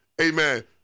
Amen